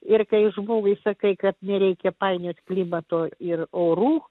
ir kai žmogui sakai kad nereikia painioti klimato ir orų